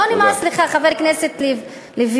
חבר'ה, נא לתת לה לסיים.